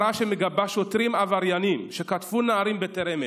מגבה שוטרים עבריינים שקטפו נערים בטרם עת.